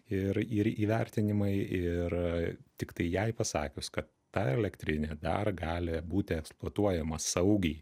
ir ir įvertinimai ir tiktai jai pasakius kad ta elektrinė dar gali būti eksploatuojama saugiai